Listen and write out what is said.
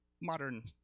modern